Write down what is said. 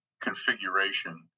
configuration